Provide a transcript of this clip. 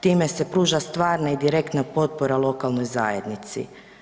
Time se pruža stvarna i direktna potpora lokalnoj zajednici.